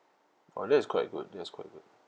!wow! that is quite good that is quite good